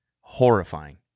Horrifying